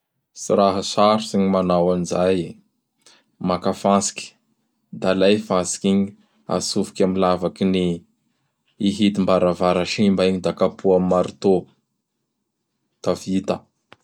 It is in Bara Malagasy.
Tsy raha sarotsy gny manao an zay. Maka fantsiky; da alay fantsiky igny; atsofoky am lavaky ny i hidim-baravara simba igny da kapoha am marteau. Da vita!